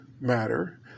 matter